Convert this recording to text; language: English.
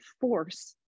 force